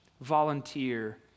volunteer